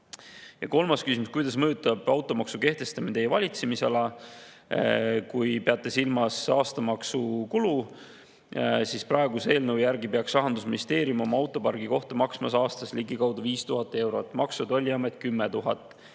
Ja kolmas küsimus: kuidas mõjutab automaksu kehtestamine teie valitsemisala? [Eeldan], et peate silmas aastamaksu kulu. Praeguse eelnõu järgi peaks Rahandusministeerium oma autopargi eest maksma aastas ligikaudu 5000 eurot, Maksu- ja Tolliamet 10 000 eurot.